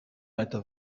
martin